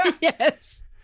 Yes